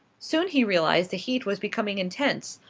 soon he realized the heat was becoming intense,